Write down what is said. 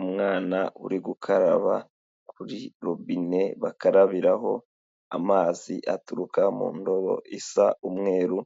Umwana uri gukaraba kuri robine bakarabiraho, amazi aturuka mu ndobo isa umweru,